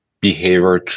behavior